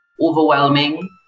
overwhelming